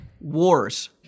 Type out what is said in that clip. Wars